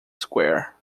square